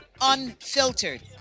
unfiltered